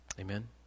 Amen